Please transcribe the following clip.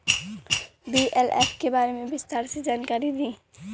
BLF के बारे में विस्तार से जानकारी दी?